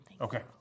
Okay